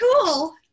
cool